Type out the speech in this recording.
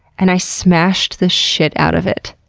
and i smashed the shit out of it,